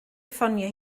ffonio